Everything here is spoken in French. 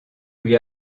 lui